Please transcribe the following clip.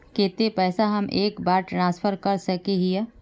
केते पैसा हम एक बार ट्रांसफर कर सके हीये?